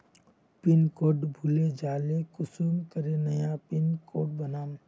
Pin code भूले जाले कुंसम करे नया पिन कोड बनाम?